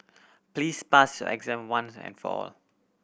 please pass your exam one and for all